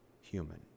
human